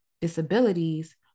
disabilities